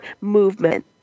movement